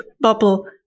bubble